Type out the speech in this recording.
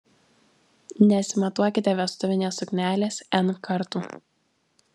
nesimatuokite vestuvinės suknelės n kartų